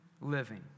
living